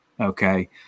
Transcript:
Okay